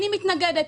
אני מתנגדת.